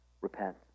repent